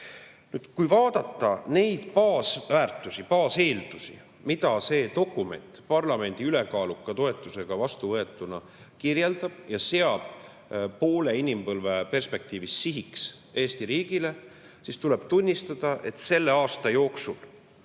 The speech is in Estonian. Kui vaadata neid baasväärtusi, baaseeldusi, mida see dokument parlamendi ülekaaluka toetusega vastuvõetuna kirjeldab ja Eesti riigile poole inimpõlve perspektiivis sihiks seab, siis tuleb tunnistada, et selle aasta jooksul